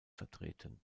vertreten